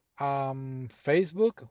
Facebook